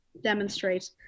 demonstrate